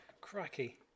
Cracky